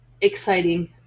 exciting